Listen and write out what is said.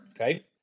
Okay